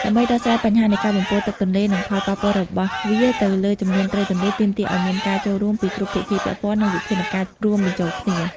ដើម្បីដោះស្រាយបញ្ហានៃការបំពុលទឹកទន្លេ និងផលប៉ះពាល់របស់វាទៅលើចំនួនត្រីទន្លេ ទាមទារឱ្យមានការចូលរួមពីគ្រប់ភាគីពាក់ព័ន្ធ និងវិធានការរួមបញ្ចូលគ្នា។